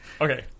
Okay